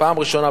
פעם ראשונה,